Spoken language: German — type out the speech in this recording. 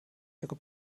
ihre